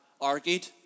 argued